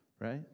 right